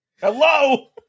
Hello